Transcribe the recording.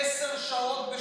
עשר שעות בשבוע.